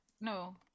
no